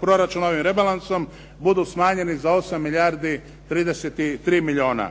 proračuna ovim rebalansom budu smanjeni za 8 milijardi 33 milijuna.